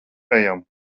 ejam